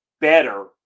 better